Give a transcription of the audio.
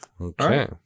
Okay